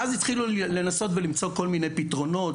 ואז התחילו לנסות ולמצוא כל מיני פתרונות.